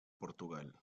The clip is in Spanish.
portugal